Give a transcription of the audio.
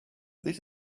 this